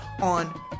on